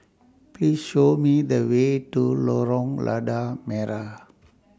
Please Show Me The Way to Lorong Lada Merah